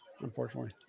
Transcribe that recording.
unfortunately